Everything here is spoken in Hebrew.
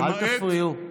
אל תפריעו.